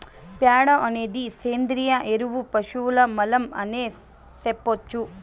ప్యాడ అనేది సేంద్రియ ఎరువు పశువుల మలం అనే సెప్పొచ్చు